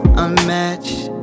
unmatched